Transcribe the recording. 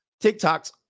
TikTok's